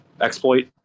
exploit